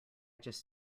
just